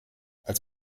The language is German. als